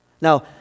Now